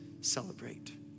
celebrate